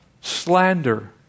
Slander